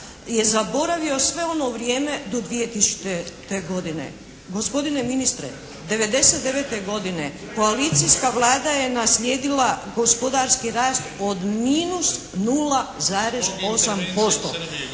je zaboravio sve ono vrijeme do 2000. godine. Gospodine ministre, '99. godine koalicijska Vlada je naslijedila gospodarski rast od -0,8%